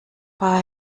paar